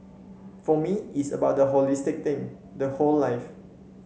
for me it's about the holistic thing the whole life